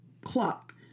clock